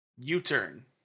U-turn